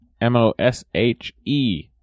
M-O-S-H-E